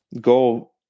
go